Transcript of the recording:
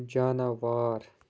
جاناوار